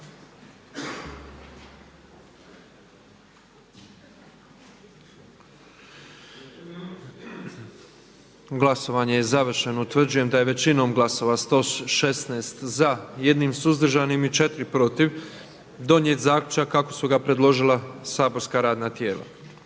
Glasovanje je završeno. Utvrđujem da smo većinom glasova 124 glasa za, 1 suzdržanim i bez glasova protiv donijeli zaključak kako su ga predložila saborska radna tijela.